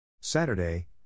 Saturday